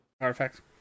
Artifacts